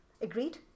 Agreed